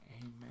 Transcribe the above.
Amen